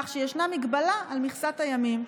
כך שישנה מגבלה על מכסת הימים.